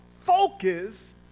focus